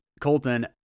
colton